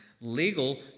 legal